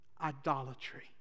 idolatry